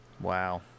Wow